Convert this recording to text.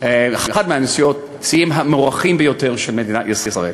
אחד מהנשיאים המוערכים ביותר של מדינת ישראל.